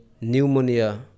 pneumonia